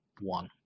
one